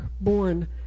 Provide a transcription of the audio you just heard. born